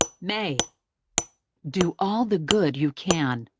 may do all the good you can,